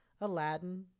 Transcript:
Aladdin